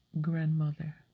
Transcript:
Grandmother